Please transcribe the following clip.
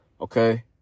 okay